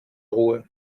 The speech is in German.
ruhe